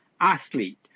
athlete